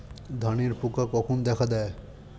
ধানের পোকা কখন দেখা দেয়?